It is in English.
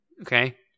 Okay